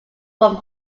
from